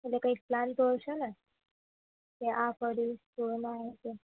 એટલે કંઈક પ્લાન તો હશે ને કે આ કરીશું અને આ રીતે